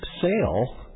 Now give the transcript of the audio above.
sale